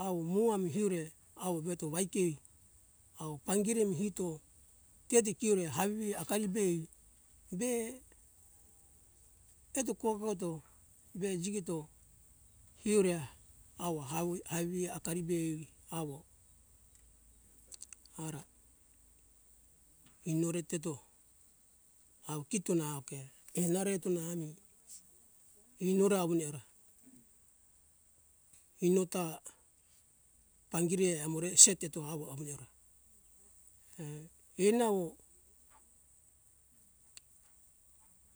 Awo muami hiure awo veto waiki awo pangiremi hito teti kiure havivi akari be be eto kogoto be jigito eureka awo hawai haivia akari be awo ara inore teto au kito na auke enareto na ami inora awunera inota tangiri er amore se teto awo awune ora err eni awo